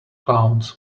clowns